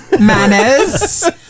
manners